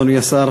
אדוני השר,